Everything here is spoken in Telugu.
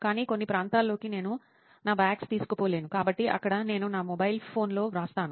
కానీ కొన్ని ప్రాంతాల్లోకి నేను నా బాగ్స్ తీసుకుపోలేను కాబట్టి అక్కడ నేను నా మొబైల్ ఫోన్లో వ్రాస్తాను